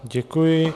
Děkuji.